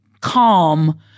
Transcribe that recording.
calm